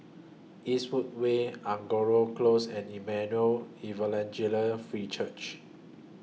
Eastwood Way Angora Close and Emmanuel Free Church